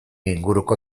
inguruko